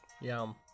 Yum